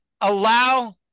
allow